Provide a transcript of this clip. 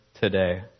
today